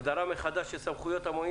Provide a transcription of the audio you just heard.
הגדרה מחדש של סמכויות המועצה,